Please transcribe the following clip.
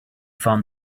found